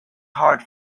hard